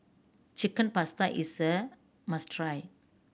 Chicken Pasta is must try